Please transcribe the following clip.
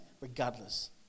regardless